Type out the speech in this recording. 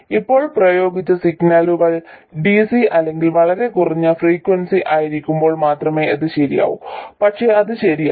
ഇപ്പോൾ പ്രയോഗിച്ച സിഗ്നലുകൾ dc അല്ലെങ്കിൽ വളരെ കുറഞ്ഞ ഫ്രീക്വൻസി ആയിരിക്കുമ്പോൾ മാത്രമേ ഇത് ശരിയാകൂ പക്ഷേ അത് ശരിയാണ്